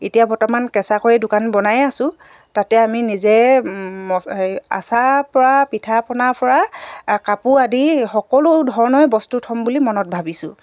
এতিয়া বৰ্তমান কেঁচাকৈ দোকান বনায়ে আছো তাতে আমি নিজে আচাৰৰপৰা পিঠা পনাৰপৰা কাপোৰ আদি সকলো ধৰণৰে বস্তু থ'ম বুলি মনত ভাবিছোঁ